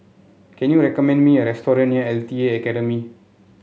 can you recommend me a restaurant near L T A Academy